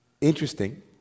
interesting